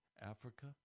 Africa